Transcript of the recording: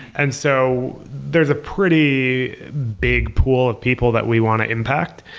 and so there's a pretty big pool of people that we want to impact.